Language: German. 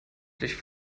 sich